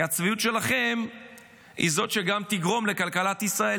כי הצביעות שלכם היא זאת שגם תגרום לכלכלת ישראל